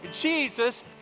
Jesus